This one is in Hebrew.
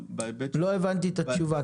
לא הבנתי את התשובה.